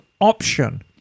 option